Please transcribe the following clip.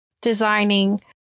designing